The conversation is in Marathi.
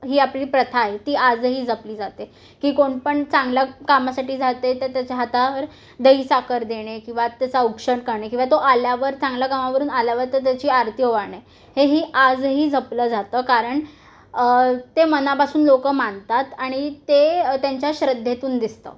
ही आपली प्रथा आहे ती आजही जपली जाते की कोणपण चांगल्या कामासाठी जाते तर त्याच्या हातावर दही साखर देणे किंवा त्याचा औक्षण करणे किंवा तो आल्यावर चांगल्या कामावरून आल्यावर तर त्याची आरती वाढणे हे आजही जपलं जातं कारण ते मनापासून लोक मानतात आणि ते त्यांच्या श्रद्धेतून दिसतं